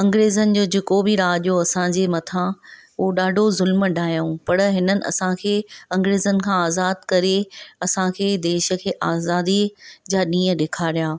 अंग्रेज़नि जो जेको बि राजु हुओ असांजे मथां उहो ॾाढो ज़ुल्मु ढायऊं पर हिननि असांखे अंग्रेज़नि खां आज़ादु करे असांखे देश खे आज़ादी जा ॾींहं ॾेखारिया